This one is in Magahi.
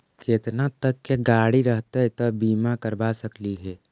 केतना तक के गाड़ी रहतै त बिमा करबा सकली हे?